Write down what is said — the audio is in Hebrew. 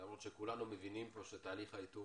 למרות שכולנו מבינים פה שתהליך האיתור